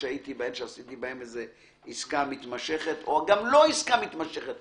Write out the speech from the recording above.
בהם ועשיתי עסקה מתמשכת או עסקה לא מתמשכת